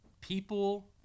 People